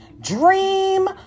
Dream